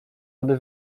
aby